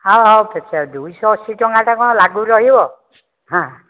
ହଉ ହଉ ଦୁଇଶହ ଅସି ଟଙ୍କାଟା କ'ଣ ଲାଗୁ ରହିବ ହଁ